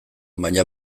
baina